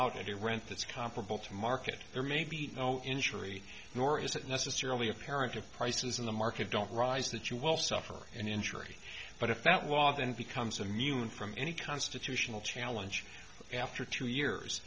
out at a rent that's comparable to market there may be no injury nor is it necessarily apparent if prices in the market don't rise that you will suffer an injury but if that wall then becomes i'm human from any constitutional challenge after two years